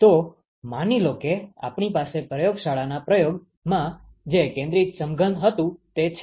તો માની લો કે આપણી પાસે પ્રયોગશાળાના પ્રયોગમાં જે કેન્દ્રિત સમઘન હતું તે છે